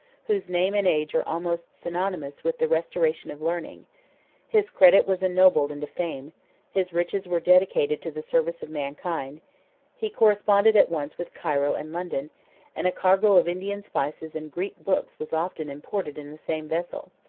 whose name and age are almost synonymous with the restoration of learning his credit was ennobled into fame his riches were dedicated to the service of mankind he corresponded at once with cairo and london and a cargo of indian spices and greek books was often imported in the same vessel.